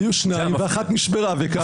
היו שניים ואחת נשברה וקמה.